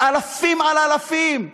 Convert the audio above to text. אלפים על אלפים.